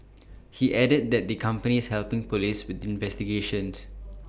he added that the company is helping Police with the investigations